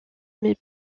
mais